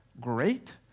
great